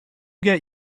get